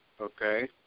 Okay